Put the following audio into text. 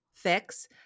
fix